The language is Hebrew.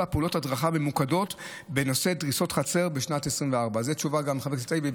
פעולות הדרכה ממוקדות בנושא דריסות חצר בשנת 2024. חבר הכנסת טיבי,